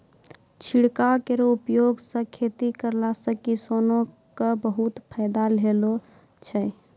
छिड़काव केरो उपकरण सँ खेती करला सें किसानो क बहुत फायदा होलो छै